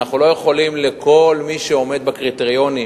ואנחנו לא יכולים לכל מי שעומד בקריטריונים,